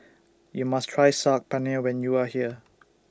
YOU must Try Saag Paneer when YOU Are here